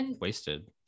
wasted